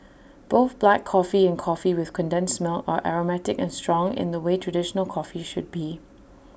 both black coffee and coffee with condensed milk are aromatic and strong in the way traditional coffee should be